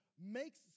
makes